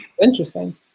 Interesting